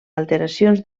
alteracions